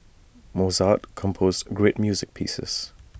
Mozart composed great music pieces